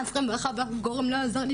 אף פעם אף אחד מהגורמים לא עזר לי,